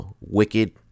Wicked